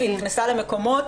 היא נכנסה למקומות,